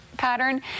pattern